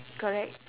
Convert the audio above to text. correct